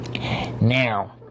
Now